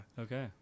okay